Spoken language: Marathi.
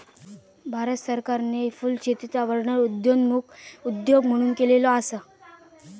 भारत सरकारने फुलशेतीचा वर्णन उदयोन्मुख उद्योग म्हणून केलेलो असा